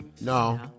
No